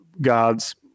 God's